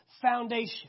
Foundation